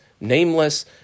nameless